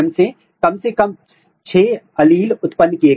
उदाहरण के लिए यदि आप इस SHORTROOT जीन को देखते हैं